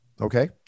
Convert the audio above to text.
Okay